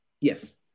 yes